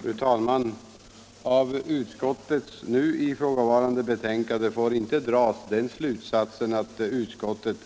Fru talman! Av utskottets nu ifrågavarande betänkande får inte dras den slutsatsen att utskottet